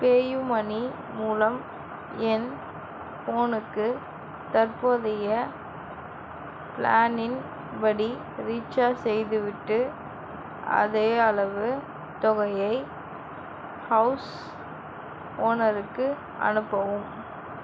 PayU money மூலம் என் ஃபோனுக்கு தற்போதைய பிளானின் படி ரீசார்ஜ் செய்துவிட்டு அதே அளவு தொகையை ஹவுஸ் ஓனருக்கு அனுப்பவும்